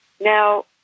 Now